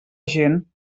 gent